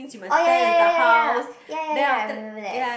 oh ya ya ya ya ya ya ya ya I remember that